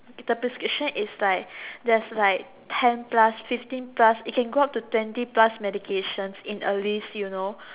the prescription is like there's like ten plus fifteen plus it can go up to twenty prescriptions in a list you know